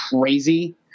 crazy